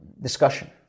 discussion